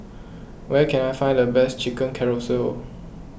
where can I find the best Chicken Casserole